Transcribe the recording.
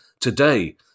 today